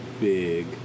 big